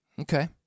Okay